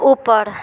ऊपर